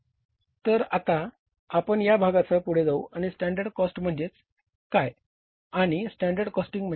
तर आता आपण या भागासह पुढे जाऊ आणि स्टँडर्ड कॉस्ट म्हणजे काय आणि स्टँडर्ड कॉस्टिंग म्हणजे काय